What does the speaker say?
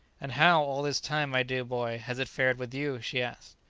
and how, all this time, my dear boy, has it fared with you? she asked.